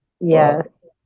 Yes